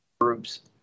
groups